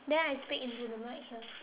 then I speak into the mic here